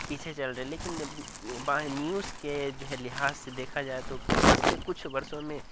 پیچھے چل رہے لیکن بائی نیوز کے جو ہے لحاظ سے دیکھا جائے تو پچھلے کچھ برسوں میں